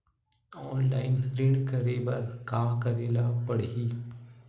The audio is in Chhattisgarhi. ऑनलाइन ऋण करे बर का करे ल पड़हि?